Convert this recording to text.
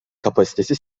kapasitesi